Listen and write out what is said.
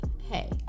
Hey